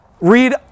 read